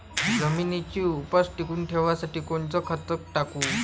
जमिनीची उपज टिकून ठेवासाठी कोनचं खत टाकू?